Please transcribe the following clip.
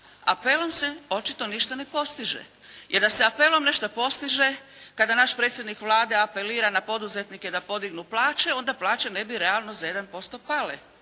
Apelom se očito ništa ne postiže. Jer da se apelom nešto postiže kada naš predsjednik Vlade apelira na poduzetnike da podignu plaće, onda plaće ne bi realno za 1% pale